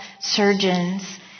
surgeons